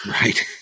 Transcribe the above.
Right